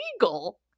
illegal